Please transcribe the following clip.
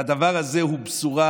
והדבר הזה הוא בשורה,